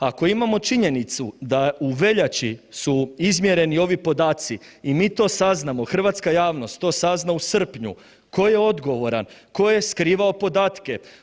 Ako imamo činjenicu da u veljači su izmjerili ovi podaci i mi to saznamo, hrvatska javnost to sazna u srpnju, ko je odgovoran, ko je skrivao podatke?